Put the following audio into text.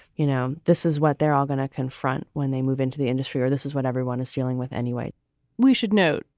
you know, this is what they're all going to confront when they move into the industry or this is what everyone is dealing with anyway we should note,